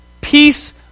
Peace